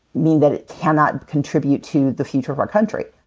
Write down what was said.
mean that it cannot contribute to the future of our country.